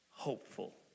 Hopeful